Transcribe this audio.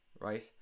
right